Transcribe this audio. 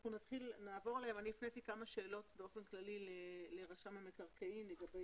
אני הפניתי כמה שאלות באופן כללי לרשם המקרקעין ושאלתי